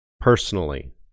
personally